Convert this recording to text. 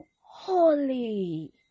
holy